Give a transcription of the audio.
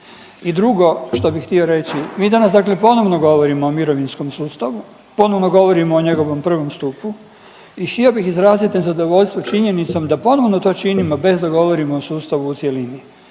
I drugo što bih htio reći, mi danas dakle ponovno govorimo o mirovinskom sustavu, ponovno govorimo o njegovom prvom stupu i htio bih izraziti nezadovoljstvo činjenicom da ponovno to činimo bez da govorimo o sustavu u cjelini.